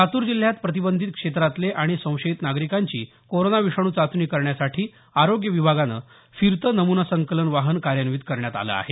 लातूर जिल्ह्यात प्रतिबंधित क्षेत्रातले आणि संशयित नागरिकांची कोरोना विषाणू चाचणी करण्यासाठी आरोग्य विभागानं फिरते नमूना संकलन वाहन कार्यांन्वित करण्यात आले आहे